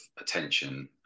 attention